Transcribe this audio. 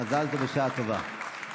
מזל טוב ובשעה טובה.